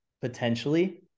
potentially